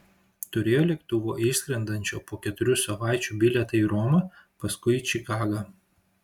turėjo lėktuvo išskrendančio po keturių savaičių bilietą į romą paskui į čikagą